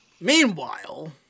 Meanwhile